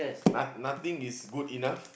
not~ nothing is good enough